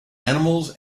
animals